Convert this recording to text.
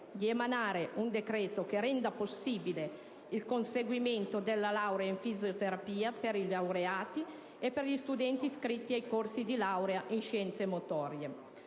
adottare un decreto che renda possibile il conseguimento della laurea in fisioterapia per i laureati e per gli studenti iscritti ai corsi di laurea in scienze motorie.